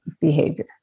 behavior